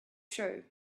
true